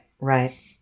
right